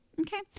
Okay